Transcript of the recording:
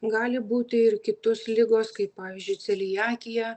gali būti ir kitos ligos kaip pavyzdžiui celiakija